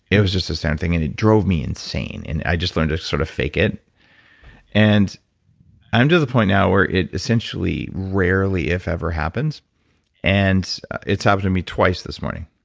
it was just the same thing and it drove me insane and i just learned to sort of fake it and i'm to the point now where it essentially rarely if ever happens and it's happened to me twice this morning.